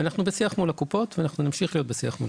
אנחנו בשיח מול הקופות ואנחנו נמשיך להיות בשיח מול